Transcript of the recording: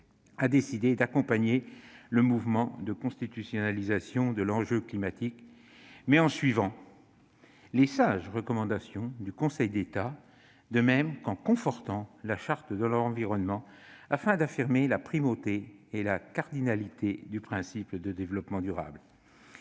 a décidé d'accompagner le mouvement de constitutionnalisation de l'enjeu climatique, mais en suivant les sages recommandations du Conseil d'État et en confortant la Charte de l'environnement, afin d'affirmer la primauté et la cardinalité du principe de développement durable.